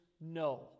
no